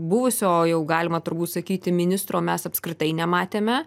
buvusio jau galima turbūt sakyti ministro mes apskritai nematėme